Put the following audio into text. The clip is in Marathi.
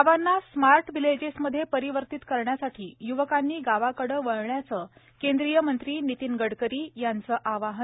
गावांना स्मार्ट विलेजेसमध्ये परिवर्तित करण्यासाठी य्वकांनी गावाकडे वळण्याचे केंद्रीय मंत्री नितिन गडकरी यांचं आवाहन